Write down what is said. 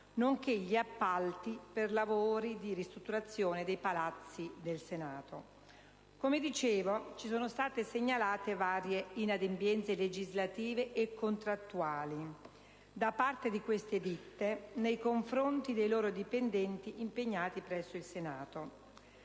nonché gli appalti per lavori di ristrutturazione dei palazzi del Senato. Come dicevo, ci sono state segnalate varie inadempienze legislative e contrattuali da parte di queste ditte nei confronti dei loro dipendenti impegnati presso il Senato: